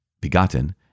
begotten